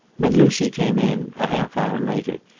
when lucy came in, a half hour later,